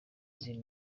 izindi